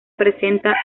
presenta